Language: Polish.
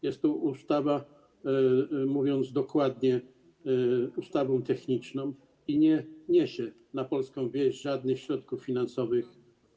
Jest to ustawa, mówiąc dokładnie, techniczna i nie niesie na polską wieś żadnych środków finansowych.